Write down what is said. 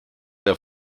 der